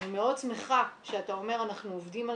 אני מאוד שמחה שאתה אומר אנחנו עובדים על